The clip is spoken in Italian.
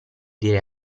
dire